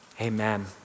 amen